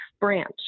branch